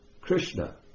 Krishna